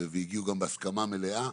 והגיעו גם בהסכמה מלאה,